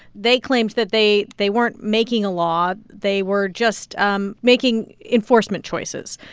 they claimed that they they weren't making a law. they were just um making enforcement choices.